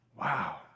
Wow